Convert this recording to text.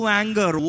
anger